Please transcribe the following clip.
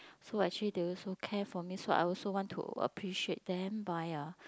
so actually they also care for me so I also want to appreciate them by uh